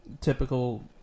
typical